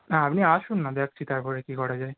না আপনি আসুন না দেখছি তারপরে কী করা যায়